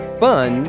fun